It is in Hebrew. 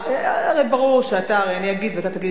הרי ברור שאני אגיד, ואתה תגיד את שלך.